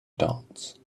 dots